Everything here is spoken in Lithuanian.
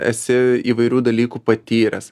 esi įvairių dalykų patyręs